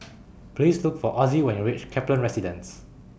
Please Look For Ozzie when YOU REACH Kaplan Residence